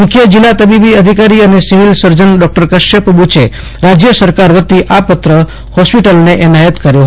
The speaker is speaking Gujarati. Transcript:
મુખ્ય જિલ્લા તબીબી અધિકારી અને સિવિલ સર્જન ડોક્ટર કશ્યપ બુચે રાજય સરકાર વતી આ પત્ર ફોસ્પિટલને એનાયત કર્યો હતો